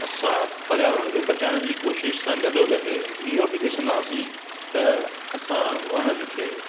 असां पर्यावरण खे बचाइण जी कोशिश सां गॾो गॾु इहो बि ॾिसंदासीं त असां वणनि खे